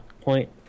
point